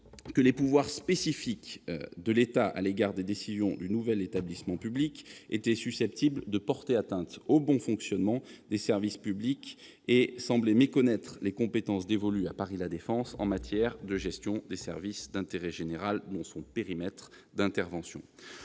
que les pouvoirs spécifiques de l'État à l'égard des décisions du nouvel établissement public étaient susceptibles de porter atteinte au bon fonctionnement des services publics et semblaient méconnaître les compétences dévolues à Paris La Défense en matière de gestion des services d'intérêt général dans son périmètre d'intervention.